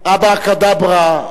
אברה-קדברה,